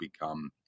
become